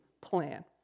plan